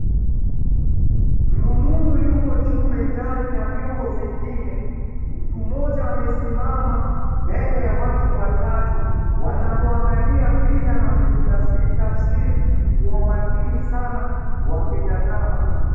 Rununu yumo juu mezani na vyombo vingine na mtu mmoja amesimama mbele ya watu watatu, wanamwangalia vile anavyotafsiri kwa makini sana wakitazama.